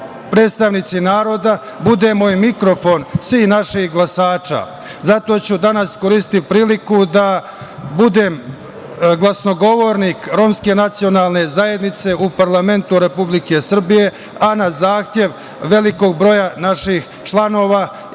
predstavnici naroda budemo i mikrofon svih naših glasača. Zato ću danas iskoristiti priliku da budem glasnogovornik romske nacionalne zajednice u parlamentu Republike Srbije, a na zahtev velikog broja naših članova